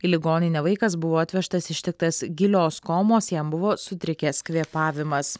į ligoninę vaikas buvo atvežtas ištiktas gilios komos jam buvo sutrikęs kvėpavimas